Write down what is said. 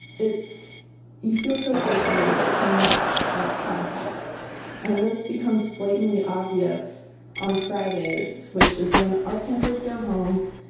it's you feel so isolated from what's outside that and this becomes blatantly obvious on fridays, which is when our campers go home,